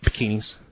bikinis